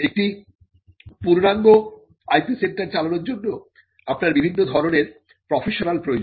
একটি পূর্ণাঙ্গ IP centre চালানোর জন্য আপনার বিভিন্ন ধরনের প্রফেশনাল প্রয়োজন